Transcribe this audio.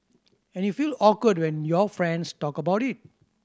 and you feel awkward when your friends talk about it